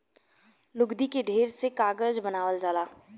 लुगदी के ढेर से कागज बनावल जाला